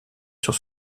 sur